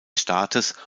staates